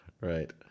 Right